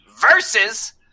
Versus